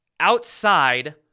outside